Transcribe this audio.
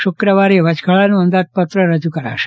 શુક્રવારે વચગાળાનું અંદાજપત્ર રજુ કરાશે